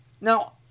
Now